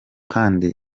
kandi